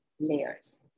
layers